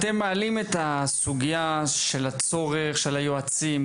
אתם מעלים את הסוגייה של הצורך של היועצים,